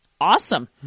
awesome